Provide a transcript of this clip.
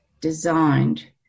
designed